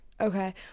Okay